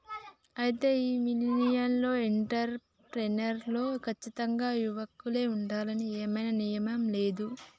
అయితే ఈ millennial entrepreneur లో కచ్చితంగా యువకులే ఉండాలని ఏమీ నియమం లేదు